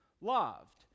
loved